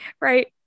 right